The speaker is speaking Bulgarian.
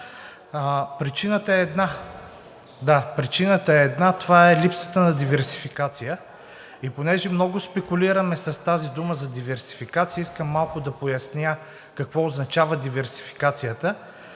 Причината е една и това е липсата на диверсификация. И понеже много спекулираме с тази дума за диверсификация, искам малко да поясня какво означава диверсификацията.